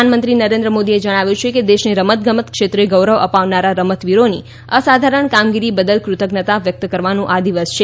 પ્રધાનમંત્રી નરેન્દ્ર મોદીએ જણાવ્યું છે કે દેશને રમત ગમત ક્ષેત્રે ગૌરવ અપાવનારા રમતવીરોની અસાધારણ કામગીરી બદલ ફતજ્ઞતા વ્યકત કરવાનો આ દિવસ છે